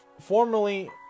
formerly